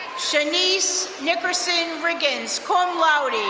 shanice nickerson riggins, cum laude.